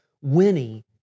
Winnie